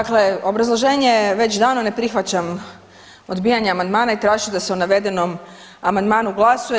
Dakle, obrazloženje već davno ne prihvaćam odbijanje amandmana i tražim da se o navedenom amandmanu glasuje.